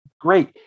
great